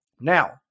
Now